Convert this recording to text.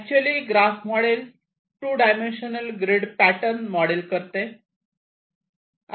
actually graph model 2 dimensional grid pattern model करते